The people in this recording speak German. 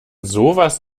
sowas